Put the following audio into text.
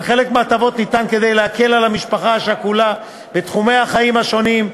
וחלק מההטבות ניתן כדי להקל על המשפחה השכולה בתחומי החיים השונים,